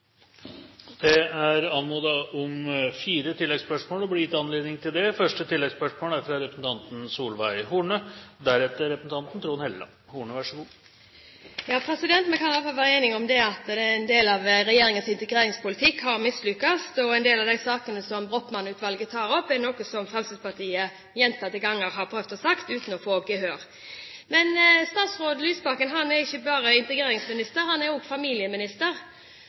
Det er anmodet om fire oppfølgingsspørsmål og blir gitt anledning til det – først Solveig Horne. Vi kan i alle fall være enige om at en del av regjeringens integreringspolitikk har mislyktes, og en del av de sakene som Brochmann-utvalget tar opp, er noe Fremskrittspartiet gjentatte ganger har prøvd å si uten å få gehør. Statsråd Lysbakken er ikke bare integreringsminister, han er også familieminister.